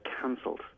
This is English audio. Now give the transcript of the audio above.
cancelled